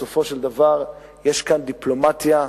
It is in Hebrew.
בסופו של דבר יש כאן דיפלומטיה,